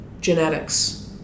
genetics